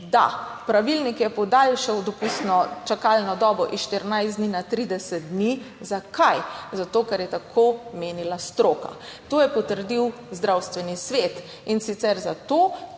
Da, pravilnik je podaljšal dopustno čakalno dobo iz 14 dni na 30 dni. Zakaj? Zato ker je tako menila stroka, To je potrdil Zdravstveni svet in sicer zato,